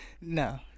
No